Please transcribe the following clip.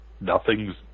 Nothing's